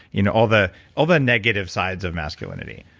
you know, all the all the negative sides of masculinity